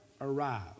arrive